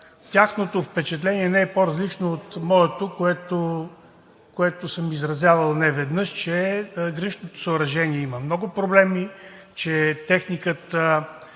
тяхното впечатление не е по-различно от моето, което съм изразявал неведнъж – че граничното съоръжение има много проблеми, че техниката